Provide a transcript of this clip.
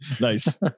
Nice